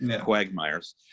quagmires